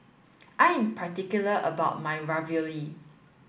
I am particular about my Ravioli